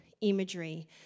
imagery